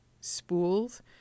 spools